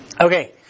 Okay